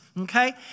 okay